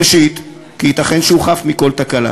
ראשית, כי ייתכן שהוא חף מכל תקלה.